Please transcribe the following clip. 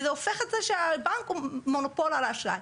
וזה הופך את זה שהבנק מונופול על האשראי.